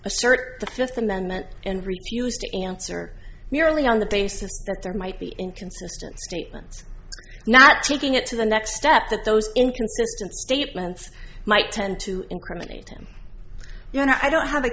assert the fifth amendment and refused to answer merely on the basis that there might be inconsistent statements not taking it to the next step that those inconsistent statements might tend to incriminate him you know i don't have a